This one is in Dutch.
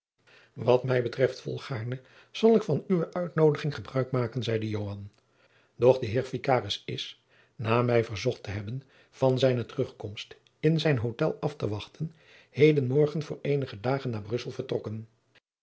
wat mij betreft volgaarne zal ik van uwe uitnoodiging gebruik maken zeide joan doch de heer vicaris is na mij verzocht te hebben van zijne terugkomst in zijn hôtel af te wachten heden morgen voor eenige dagen naar brussel vertrokken